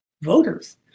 voters